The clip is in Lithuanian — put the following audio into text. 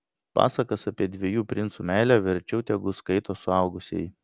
pasakas apie dviejų princų meilę verčiau tegu skaito suaugusieji